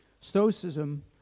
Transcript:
Stoicism